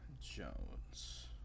Jones